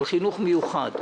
על חינוך מיוחד,